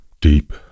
Deep